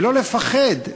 ולא לפחד.